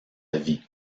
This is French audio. vie